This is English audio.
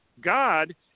God